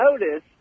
notice